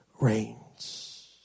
reigns